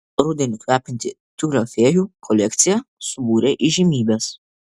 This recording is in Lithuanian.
rudeniu kvepianti tiulio fėjų kolekcija subūrė įžymybes